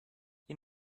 you